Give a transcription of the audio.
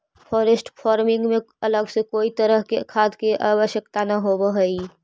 forest farming में अलग से कोई तरह के खाद के आवश्यकता न होवऽ हइ